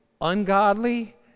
ungodly